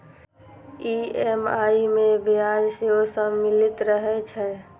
EMI मे ब्याज सेहो सम्मिलित रहै छै